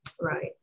right